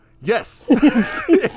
Yes